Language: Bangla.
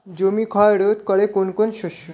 জমির ক্ষয় রোধ করে কোন কোন শস্য?